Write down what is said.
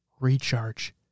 recharge